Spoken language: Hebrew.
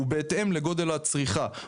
הוא בהתאם לגודל הצריכה.